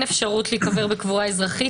אפשרות להיקבר בה קבורה אזרחית,